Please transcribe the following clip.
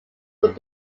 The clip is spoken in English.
would